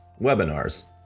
webinars